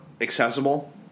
accessible